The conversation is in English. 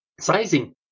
sizing